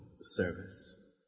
service